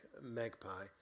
magpie